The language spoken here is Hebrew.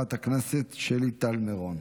חברת הכנסת שלי טל מירון,